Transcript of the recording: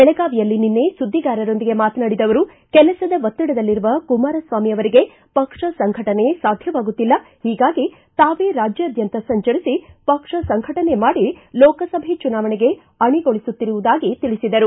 ಬೆಳಗಾವಿಯಲ್ಲಿ ನಿನ್ನೆ ಸುದ್ದಿಗಾರರೊಂದಿಗೆ ಮಾತನಾಡಿದ ಅವರು ಕೆಲಸದ ಒತ್ತಡದಲ್ಲಿರುವ ಕುಮಾರಸ್ವಾಮಿ ಅವರಿಗೆ ಪಕ್ಷ ಸಂಘಟನೆ ಸಾಧ್ಯವಾಗುತ್ತಿಲ್ಲ ಹೀಗಾಗಿ ತಾವೇ ರಾಜ್ಯಾದ್ಯಂತ ಸಂಚರಿಸಿ ಪಕ್ಷ ಸಂಘಟನೆ ಮಾಡಿ ಲೋಕಸಭೆ ಚುನಾವಣೆಗೆ ಅಣಿಗೊಳಿಸುತ್ತಿರುವುದಾಗಿ ತಿಳಿಸಿದರು